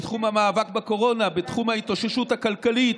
בתחום המאבק בקורונה, בתחום ההתאוששות הכלכלית,